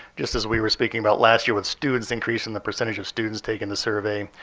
just as we were speaking about last year, with students, increase in the percentage of students taking the survey.